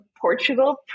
portugal